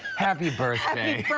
happy birthday,